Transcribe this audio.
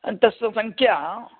तस्य संख्या